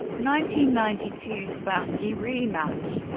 ninety ninety two spassky rematch